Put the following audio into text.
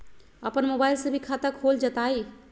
अपन मोबाइल से भी खाता खोल जताईं?